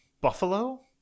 buffalo